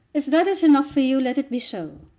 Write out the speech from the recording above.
if that is enough for you, let it be so.